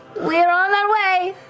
we're on our way.